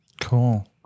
Cool